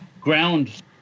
ground